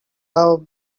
love